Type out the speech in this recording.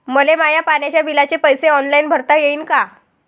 मले माया पाण्याच्या बिलाचे पैसे ऑनलाईन भरता येईन का?